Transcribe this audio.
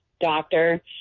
doctor